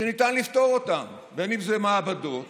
שניתן לפתור אותם, בין שזה מעבדות